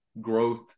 growth